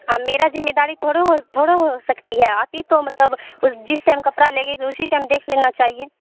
میرا ذمے داری تھوڑے ہو تھوڑا ہو سکتی ہے آپ ہی تو مطلب جس ٹائم کپڑا لے گئی تو اسی ٹائم دیکھ لینا چاہیے